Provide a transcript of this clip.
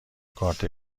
کارت